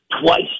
Twice